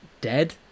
dead